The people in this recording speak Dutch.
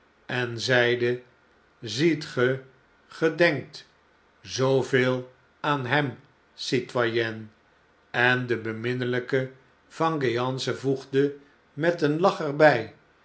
en zeide ziet ge ge denkt zooveel aan bem c i t o y e n ne en de deminneljkev engeance voegde met een lach er